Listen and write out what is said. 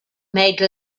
made